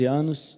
anos